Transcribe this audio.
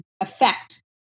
affect